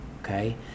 Okay